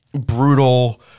brutal